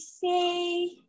say